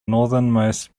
northernmost